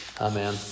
Amen